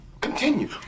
continue